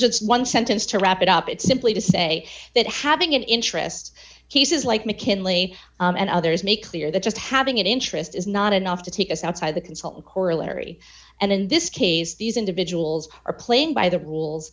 just one sentence to wrap it up it's simply to say that having an interest cases like mckinley and others make clear that just having an interest is not enough to take us outside the consultant corollary and in this case these individuals are playing by the rules